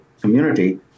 community